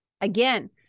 Again